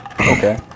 Okay